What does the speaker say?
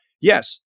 yes